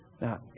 Now